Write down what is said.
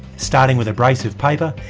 starting with abrasive paper,